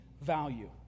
value